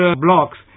blocks